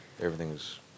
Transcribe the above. everything's